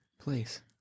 Please